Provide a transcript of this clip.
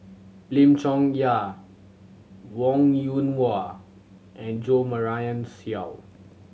Lim Chong Yah Wong Yoon Wah and Jo Marion Seow